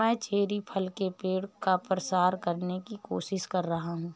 मैं चेरी फल के पेड़ का प्रसार करने की कोशिश कर रहा हूं